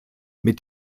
mit